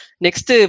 Next